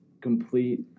complete